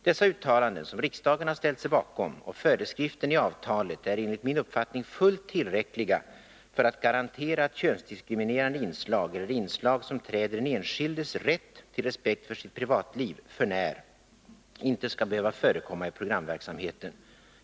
Dessa uttalanden, som riksdagen har ställt sig bakom, och föreskriften i avtalet är enligt min uppfattning fullt tillräckliga för att garantera att könsdiskriminerande inslag, eller inslag som träder den enskildes rätt till respekt för sitt privatliv för när, inte skall behöva förekomma i programverksamheten.